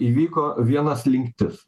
įvyko viena slinktis